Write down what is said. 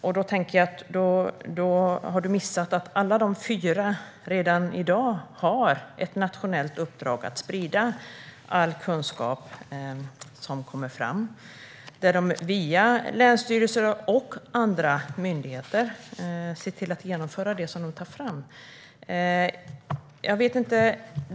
Jag tänker att då har du missat att alla dessa fyra redan i dag har ett nationellt uppdrag att sprida all kunskap som kommer fram och via länsstyrelser och andra myndigheter genomföra det som tas fram.